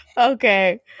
Okay